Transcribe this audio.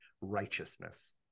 righteousness